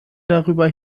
darüber